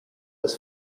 des